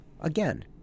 again